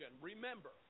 Remember